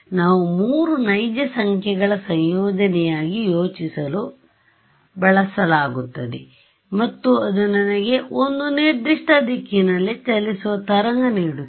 ನಾವು ಮೂರು ನೈಜ ಸಂಖ್ಯೆಗಳ ಸಂಯೋಜನೆಯಾಗಿ ಯೋಚಿಸಲು ಬಳಸಲಾಗುತ್ತದೆ ಮತ್ತು ಅದು ನನಗೆ ಒಂದು ನಿರ್ದಿಷ್ಟ ದಿಕ್ಕಿನಲ್ಲಿ ಚಲಿಸುವ ತರಂಗ ನೀಡುತ್ತದೆ